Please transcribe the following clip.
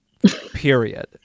Period